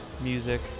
music